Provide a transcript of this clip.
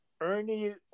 Ernie